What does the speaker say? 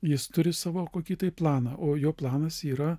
jis turi savo kokį tai planą o jo planas yra